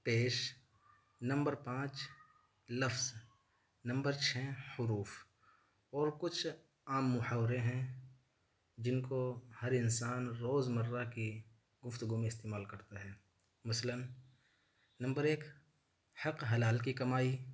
پیش نمبر پانچ لفظ نمبر چھ حروف اور کچھ عام محاورے ہیں جن کو ہر انسان روز مرہ کی گفتگو میں استعمال کرتا ہے مثلا نمبر ایک حق حلال کی کمائی